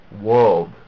world